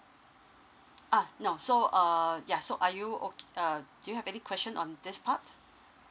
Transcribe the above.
uh no so err ya so are you ok~ err do you have any question on this part